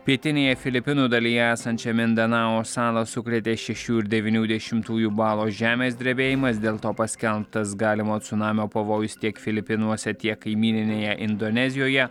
pietinėje filipinų dalyje esančią mindanao salą sukrėtė šešių ir devynių dešimtųjų balo žemės drebėjimas dėl to paskelbtas galimo cunamio pavojus tiek filipinuose tiek kaimyninėje indonezijoje